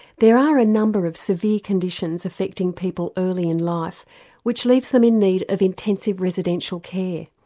there are a number of severe conditions affecting people early in life which leaves them in need of intensive residential care.